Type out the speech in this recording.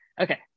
okay